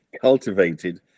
cultivated